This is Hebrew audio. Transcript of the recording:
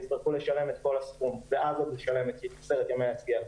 יצטרכו לשלם את כל הסכום ואז עוד לשלם את עשרת ימי ההסגר.